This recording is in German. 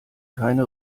keine